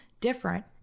different